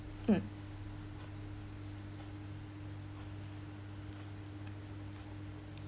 mm